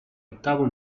octavo